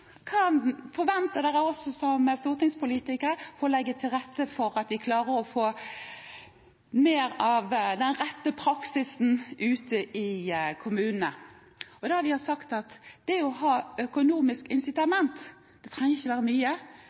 forventer dere av oss som stortingspolitikere med tanke på å legge til rette slik at vi klarer å få mer av den rette praksisen ute i kommunene? Da har de sagt at det å ha økonomisk incitament – det trenger ikke å være mye,